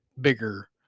bigger